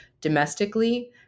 domestically